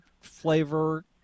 flavor